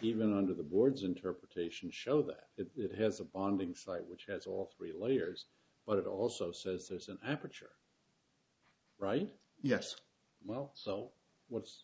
even under the board's interpretation show that it has a bonding site which has all three layers but it also says there's an aperture right yes well so what's